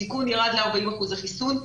הסיכון ירד ל-40 אחוזי חיסון,